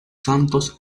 santos